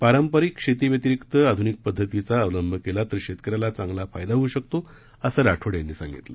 पारंपरिक शेतीव्यतिरिक्त आधुनिक पध्दतीचा अवलंब केला तर शेतक यांचा चांगला फायदा होऊ शकतो असं राठोड यांनी सांगितलं